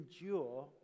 endure